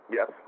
Yes